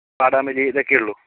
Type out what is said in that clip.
വാടാമല്ലി ഇതൊക്കെ ഉള്ളു